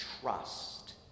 trust